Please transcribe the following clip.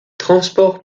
transport